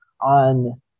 on